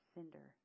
Cinder